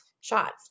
shots